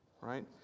Right